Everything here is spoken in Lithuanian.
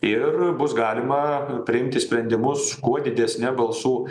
ir bus galima priimti sprendimus kuo didesne balsų